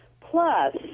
plus